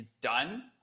done